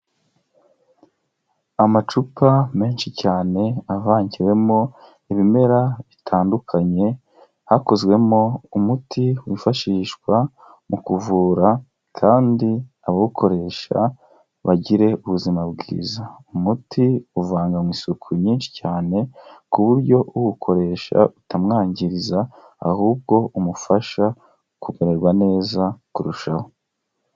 Amacupa menshi cyane avangiwemo ibimera bitandukanye, hakozwemo umuti wifashishwa mu kuvura kandi abawukoresha bagire ubuzima bwiza, umuti uvanganywe isuku nyinshi cyane, ku buryo uwukoresha utamwangiriza ahubwo umufasha kumererwa neza kurushaho.